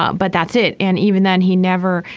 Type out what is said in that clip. um but that's it. and even then he never.